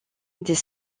des